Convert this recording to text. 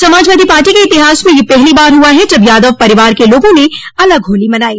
Samajwadi party के इतिहास में यह पहली बार हुआ है जब यादव परिवार के लोगों ने अलग होली मनायी